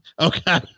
okay